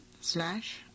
slash